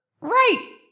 Right